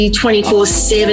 24-7